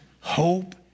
hope